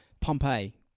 Pompeii